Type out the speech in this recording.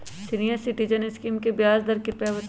senior citizen scheme के ब्याज दर कृपया बताईं